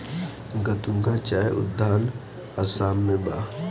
गतूंगा चाय उद्यान आसाम में बा